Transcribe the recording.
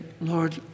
Lord